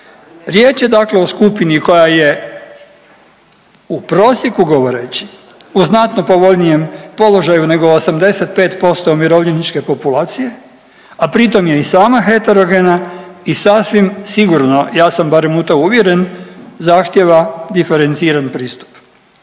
Riječ je dakle o skupini koja je u prosjeku govoreći u znatno povoljnijem položaju nego 85% umirovljeničke populacije, a pritom je i sama heterogena i sasvim sigurno ja sam barem u to uvjeren zahtijeva diferenciran pristup.